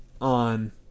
on